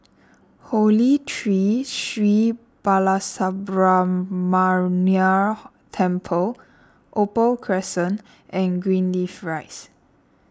Holy Tree Sri Balasubramaniar Temple Opal Crescent and Greenleaf Rise